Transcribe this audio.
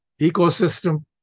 ecosystem